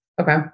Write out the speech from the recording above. Okay